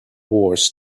wars